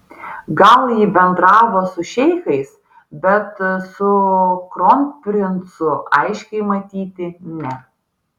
gal ji bendravo su šeichais bet su kronprincu aiškiai matyti ne